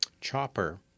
Chopper